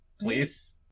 please